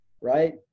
right